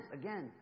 again